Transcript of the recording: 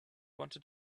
wanted